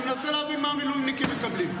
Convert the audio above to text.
אני מנסה להבין מה המילואימניקים מקבלים.